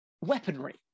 Weaponry